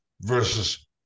versus